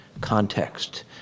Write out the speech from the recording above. context